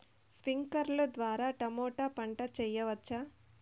స్ప్రింక్లర్లు ద్వారా టమోటా పంట చేయవచ్చా?